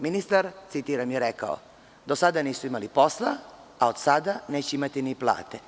Ministar, citiram rekao je - do sada nisu imali posla, a od sada neće imati ni plate.